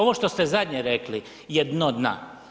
Ovo što ste zadnje rekli je dno dna.